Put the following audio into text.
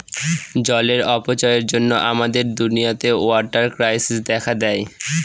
জলের অপচয়ের জন্য আমাদের দুনিয়াতে ওয়াটার ক্রাইসিস দেখা দেয়